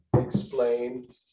explain